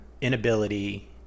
inability